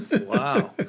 Wow